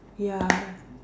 ya